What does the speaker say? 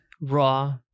raw